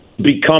become